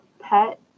pet